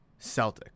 Celtics